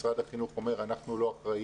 משרד החינוך אומר: אנחנו לא אחראים,